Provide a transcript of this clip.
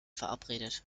verabredet